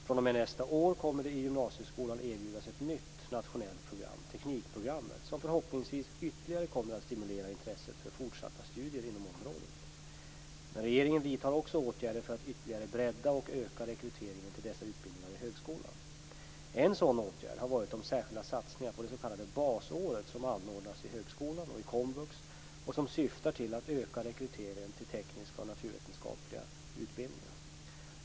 fr.o.m. nästa år kommer det i gymnasieskolan att erbjudas ett nytt nationellt program, teknikprogrammet, som förhoppningsvis ytterligare kommer att stimulera intresset för fortsatta studier inom området. Men regeringen vidtar också åtgärder för att ytterligare bredda och öka rekryteringen till dessa utbildningar i högskolan. En sådan åtgärd har varit de särskilda satsningar på det s.k. basåret, som anordnas i högskolan och i komvux och som syftar till att öka rekryteringen till tekniska och naturvetenskapliga utbildningar.